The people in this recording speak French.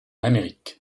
amérique